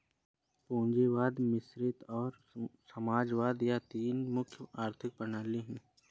पूंजीवाद मिश्रित और समाजवाद यह तीन प्रमुख आर्थिक प्रणाली है